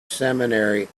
seminary